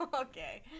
okay